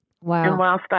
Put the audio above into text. Wow